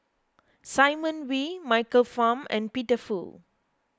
Simon Wee Michael Fam and Peter Fu